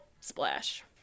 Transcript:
Splash